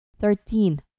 thirteen